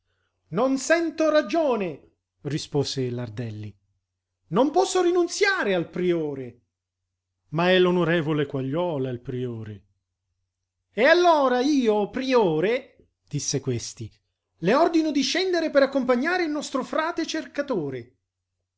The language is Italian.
non sento ragione rispose l'ardelli non posso rinunziare al priore ma è l'onorevole quagliola il priore e allora io priore disse questi le ordino di scendere per accompagnare il nostro frate cercatore